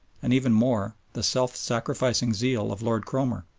and, even more, the self-sacrificing zeal of lord cromer.